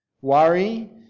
worry